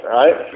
right